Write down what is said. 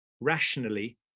rationally